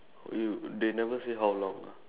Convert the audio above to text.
oh you they never say how long ah